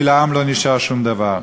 כי לעם לא נשאר שום דבר.